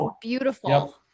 beautiful